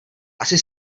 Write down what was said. asi